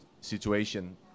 situation